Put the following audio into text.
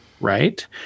right